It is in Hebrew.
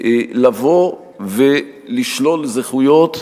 לבוא ולשלול זכויות,